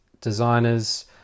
designers